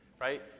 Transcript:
right